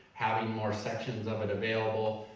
having more sections of it available,